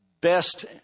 best